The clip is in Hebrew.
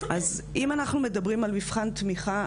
אז אם אנחנו מדברים על מבחן תמיכה,